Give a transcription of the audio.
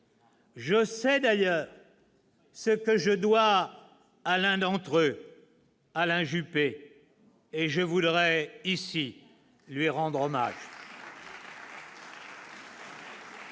Je sais d'ailleurs ce que je dois à l'un d'entre eux, Alain Juppé, et je voudrais ici lui rendre hommage.